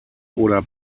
oder